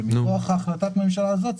ומכוח החלטת ממשלה זאת,